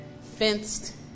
fenced